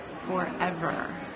forever